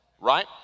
right